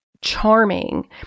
charming